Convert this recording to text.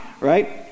right